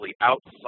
outside